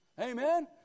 Amen